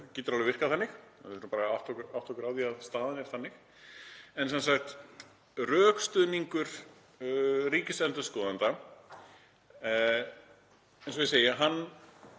getur alveg virkað þannig, við þurfum bara að átta okkur á því að staðan er þannig. En sem sagt, rökstuðningi ríkisendurskoðanda er, eins og ég segi,